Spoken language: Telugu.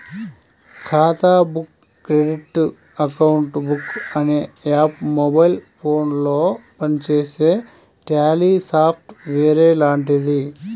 ఖాతా బుక్ క్రెడిట్ అకౌంట్ బుక్ అనే యాప్ మొబైల్ ఫోనులో పనిచేసే ట్యాలీ సాఫ్ట్ వేర్ లాంటిది